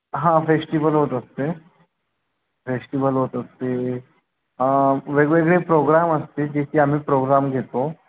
हां फेस्टिवल होत असते फेस्टिवल होत असते वेगवेगळे प्रोग्राम असते जे की आम्ही प्रोग्राम घेतो